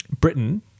Britain